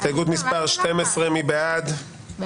הסתייגות מס' 44. מי בעד?